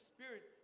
Spirit